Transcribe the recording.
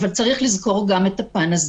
אבל צריך לזכור גם את הפן הזה.